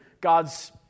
God's